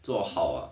做好啊